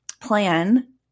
plan